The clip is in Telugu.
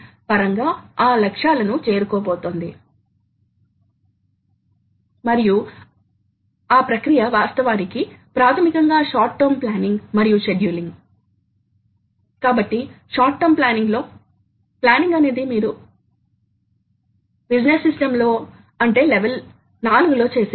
ఇప్పుడు స్పిండిల్ ల కోసం పవర్ వాస్తవానికి Q x Ks కు అనులోమానుపాతంలో ఉంటుంది ఇక్కడ Ks ను వాస్తవానికి నిర్దిష్ట cutting force per unit chip cross section అని అంటాము కాబట్టి ఇది పదార్థం మరియు దానిపై ఆధారపడి ఉంటుంది పదార్థం మరియు వర్క్ పీస్ రెండింటి పై ఆధారపడి ఉంటుంది మరియు Q అనేది పదార్థ తొలగింపు రేటు